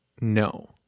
no